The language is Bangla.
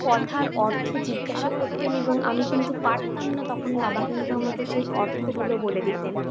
কথার অর্থ জিজ্ঞাসা করতেন এবং আমি কিন্তু পারতাম না তখন বাবা কিন্তু আমাকে সেই অর্থগুলো বলে দিতেন